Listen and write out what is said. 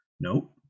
Nope